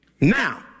Now